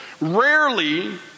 Rarely